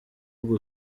bwo